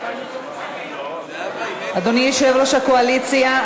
אדוני יושב-ראש הקואליציה,